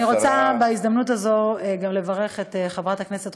אני רוצה בהזדמנות הזאת לברך את חברת הכנסת